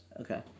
Okay